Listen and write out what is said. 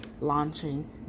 launching